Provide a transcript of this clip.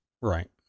Right